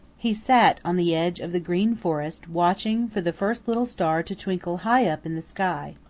he sat on the edge of the green forest watching for the first little star to twinkle high up in the sky.